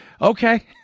Okay